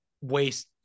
waste